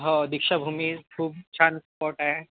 हो दीक्षाभूमी खूप छान स्पॉट आहे